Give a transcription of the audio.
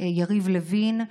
יריב לוין,